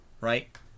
Right